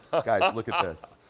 look at this.